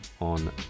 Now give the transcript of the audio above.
on